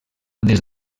des